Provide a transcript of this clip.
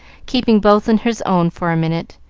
keeping both in his own for a minute